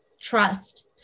trust